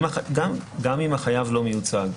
גם אם החייב לא מיוצג.